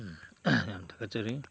ꯌꯥꯝ ꯊꯥꯒꯠꯆꯔꯤ